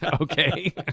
Okay